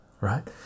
right